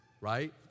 right